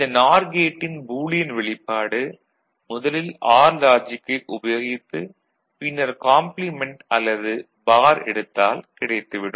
இந்த நார் கேட்டின் பூலியன் வெளிப்பாடு முதலில் ஆர் லாஜிக்கை உபயோகித்து பின்னர் காம்ப்ளிமென்ட் அல்லது பார் எடுத்தால் கிடைத்து விடும்